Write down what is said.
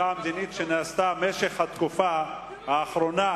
המדינית שנעשתה במשך התקופה האחרונה,